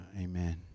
Amen